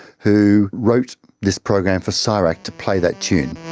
who wrote this program for csirac to play that tune.